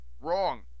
Wrong